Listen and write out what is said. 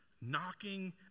knocking